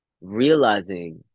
realizing